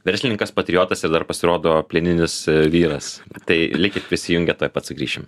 verslininkas patriotas ir dar pasirodo plieninis vyras tai likit prisijungę tuoj pat sugrįšim